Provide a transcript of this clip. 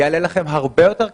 יעלה לכם הרבה יותר כסף,